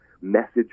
message